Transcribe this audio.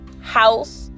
house